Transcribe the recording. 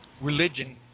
religion